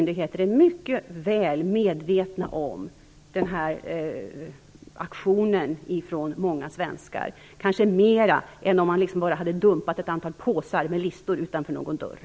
Detta kanske t.o.m. har gjort de kinesiska myndigheterna mer medvetna än vad som skulle ha varit fallet om man bara hade dumpat ett antal påsar med listor utanför någon dörr.